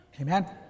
Amen